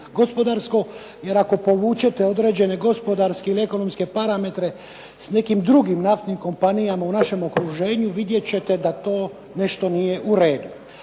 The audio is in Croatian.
gospodarsko, jer ako povučete određene gospodarske i ekonomske parametre s nekim drugim naftnim kompanijama u našem okruženje vidjet ćete da nešto nije u redu.